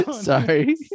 sorry